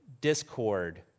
discord